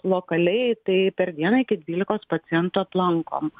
lokaliai tai per dieną iki dvylikos pacientų aplankom